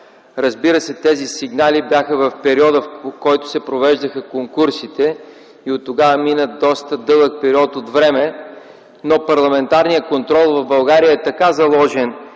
Разбира се, тези сигнали бяха в периода, в който се провеждаха конкурсите. Оттогава мина доста дълъг период от време, но парламентарният контрол в България е така заложен